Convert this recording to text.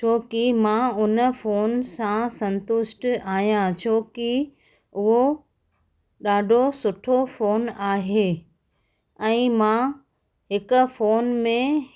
छो की मां उन फोन सां संतुष्ट आहियां छो की उहो ॾाढो सुठो फोन आहे ऐं मां हिकु फोन में